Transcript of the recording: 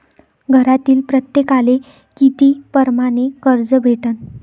घरातील प्रत्येकाले किती परमाने कर्ज भेटन?